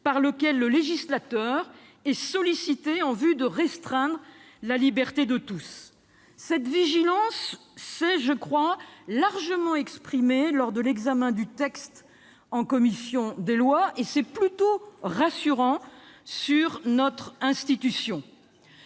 par lequel le législateur est sollicité en vue de restreindre la liberté de tous. Cette vigilance s'est, je crois, largement exprimée lors de l'examen du texte en commission des lois, et c'est plutôt rassurant sur notre institution.